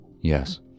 yes